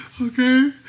Okay